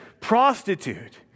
prostitute